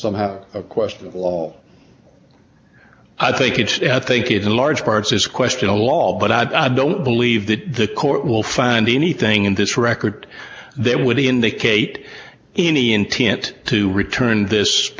somehow a question all i think it's i think in large parts this question a lot but i don't believe that the court will find anything in this record there would be indicate any intent to return this